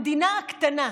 המדינה הקטנה,